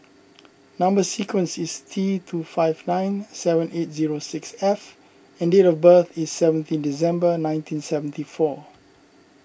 Number Sequence is T two five nine seven eight zero six F and date of birth is seventeen December nineteen seventy four